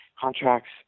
contracts